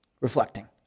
Reflecting